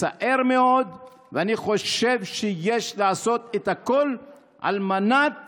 זה מצער מאוד, ואני חושב שיש לעשות הכול על מנת